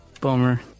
Bummer